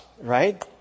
right